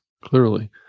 clearly